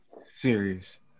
serious